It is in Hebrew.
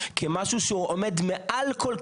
כמשהו שעומד מעל הכול,